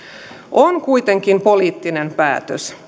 on kuitenkin poliittinen päätös